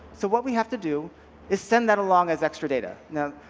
so what we have to do is send that along as extra data. now,